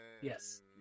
yes